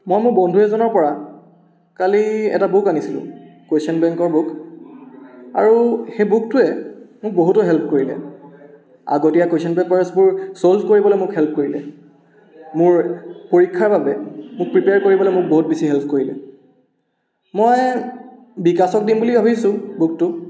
মই মোৰ বন্ধু এজনৰ পৰা কালি এটা বুক আনিছিলোঁ কুৱেশ্যন বেংকৰ বুক আৰু সেই বুকটোৱে মোক বহুতো হেল্প কৰিলে আগতীয়া কুৱেশ্যন পেপাৰ্ছবোৰ মোক ছল্ভ কৰিবলৈ হেল্প কৰিলে মোৰ পৰীক্ষাৰ বাবে মোক প্ৰিপেয়াৰ কৰিবলৈ বহুত বেছি হেল্প কৰিলে মই বিকাশক দিম বুলি ভাবিছোঁ বুকটো